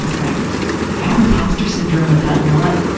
like, i have imposter syndrome about not,